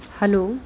hello